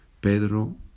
pedro